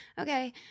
okay